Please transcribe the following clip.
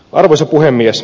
arvoisa puhemies